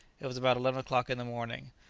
it was about eleven o'clock in the morning.